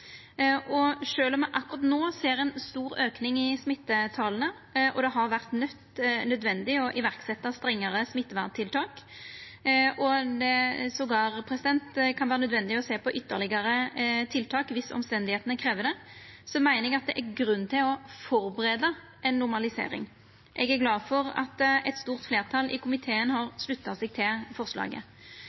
om me akkurat no ser ein stor auke i smittetala og det har vore nødvendig å setja i verk strengare smitteverntiltak, og det til og med kan vera nødvendig å sjå på ytterlegare tiltak om omstenda krev det, meiner eg det er grunn til å førebu ei normalisering. Eg er glad for at eit stort fleirtal i komiteen har slutta seg til forslaget.